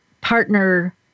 partner